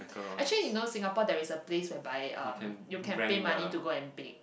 actually you know Singapore there is a place whereby um you can pay money to go and bake